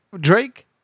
Drake